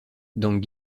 dans